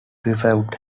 reserved